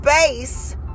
space